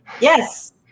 Yes